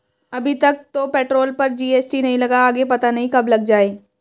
अभी तक तो पेट्रोल पर जी.एस.टी नहीं लगा, आगे पता नहीं कब लग जाएं